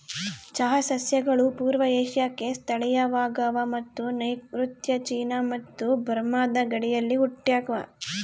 ಚಹಾ ಸಸ್ಯಗಳು ಪೂರ್ವ ಏಷ್ಯಾಕ್ಕೆ ಸ್ಥಳೀಯವಾಗವ ಮತ್ತು ನೈಋತ್ಯ ಚೀನಾ ಮತ್ತು ಬರ್ಮಾದ ಗಡಿಯಲ್ಲಿ ಹುಟ್ಟ್ಯಾವ